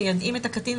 מיידעים את הקטין,